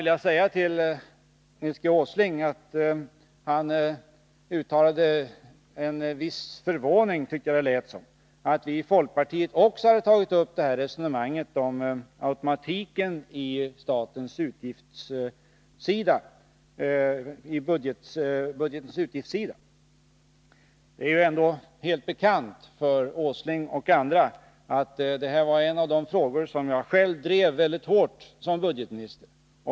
Nils Åsling uttalade en viss förvåning, tyckte jag att det lät som, över att vi i folkpartiet också hade tagit upp resonemanget om automatiken på budgetens utgiftssida. Det är ändå helt bekant för Nils Åsling och andra att det här var en av de frågor som jag själv drev väldigt hårt som budgetminister.